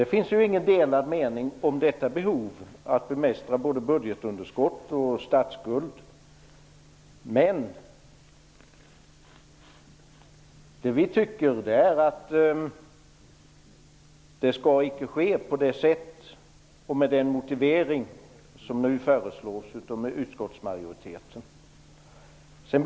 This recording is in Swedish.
Det finns inga delade meningar om behovet av att bemästra både budgetunderskott och statsskuld, men vi tycker att det icke skall ske på det sätt och med den motivering som utskottsmajoriteten nu föreslår.